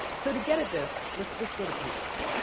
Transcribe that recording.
so to get at this, let's let's go to patients.